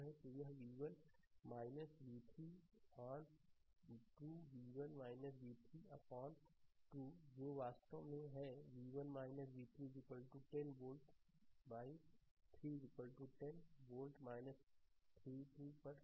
तो यह v1 है v 3 on 2 v1 v 3 अपान 2 जो वास्तव में है v1 v 3 10 वोल्टv 3 10 वोल्ट 3 2 पर 2